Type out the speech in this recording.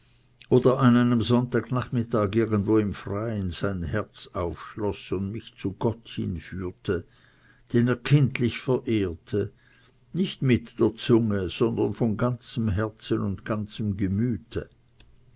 oder an einem sonntag nachmittags irgendwo im freien sein herz aufschloß und mich zu gott hinführte den er kindlich verehrte nicht mit der zunge sondern von ganzem herzen und ganzem gemüte